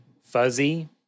fuzzy